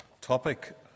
topic